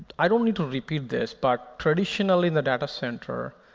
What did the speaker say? i don't need to repeat this. but traditionally, the data center,